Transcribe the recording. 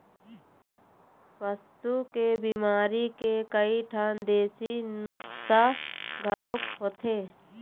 पशु के बिमारी के कइठन देशी नुक्सा घलोक होथे